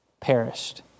perished